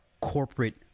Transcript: corporate